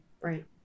Right